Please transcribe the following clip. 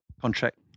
contract